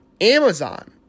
Amazon